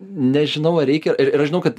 nežinau ar reikia ir ir žinau kad